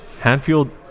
Hanfield